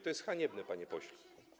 To jest haniebne, panie pośle.